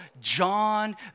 John